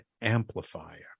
amplifier